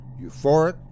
Euphoric